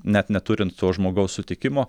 net neturint to žmogaus sutikimo